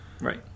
Right